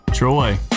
Troy